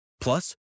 Plus